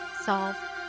solve